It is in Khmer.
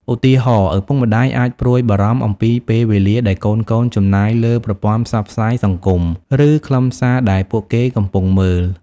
ឧទាហរណ៍ ឪពុកម្តាយអាចព្រួយបារម្ភអំពីពេលវេលាដែលកូនៗចំណាយលើប្រព័ន្ធផ្សព្វផ្សាយសង្គម ឬខ្លឹមសារដែលពួកគេកំពុងមើល។